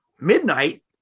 midnight